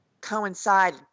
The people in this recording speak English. coincide